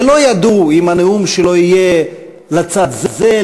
ולא ידעו אם הנאום שלו יהיה לצד זה,